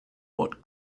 what